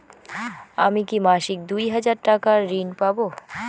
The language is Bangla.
আমি কি মাসিক দুই হাজার টাকার ঋণ পাব?